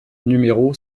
numéro